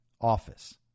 office